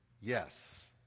yes